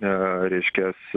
i reiškias